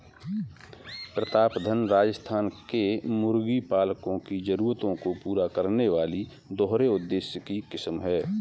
प्रतापधन राजस्थान के मुर्गी पालकों की जरूरतों को पूरा करने वाली दोहरे उद्देश्य की किस्म है